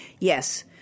Yes